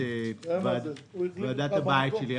תראה מה זה, הוא החליף אותך במקום.